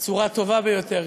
בצורה הטובה ביותר,